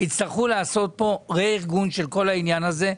יצטרכו לעשות רה-ארגון של כל העניין הזה,